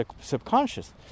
subconscious